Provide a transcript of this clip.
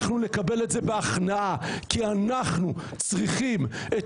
אנחנו נקבל את זה בהכנעה כי אנחנו צריכים את